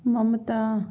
Mamata